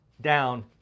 down